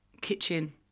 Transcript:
kitchen